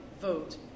vote